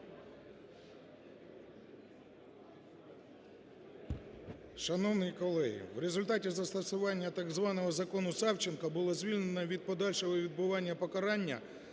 Шановні колеги, в результаті застосовування, так званого, Закону Савченко було звільнено від подальшого відбування покарання